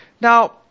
Now